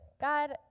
God